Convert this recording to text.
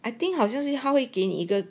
I think 好像是他会给你一个